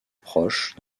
proches